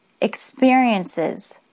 experiences